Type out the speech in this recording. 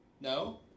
No